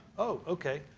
oh, okay.